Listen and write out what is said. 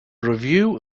review